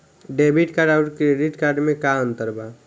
Debit card आउर credit card मे का अंतर बा?